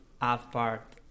half-part